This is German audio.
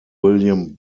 william